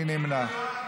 מי נמנע?